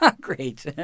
great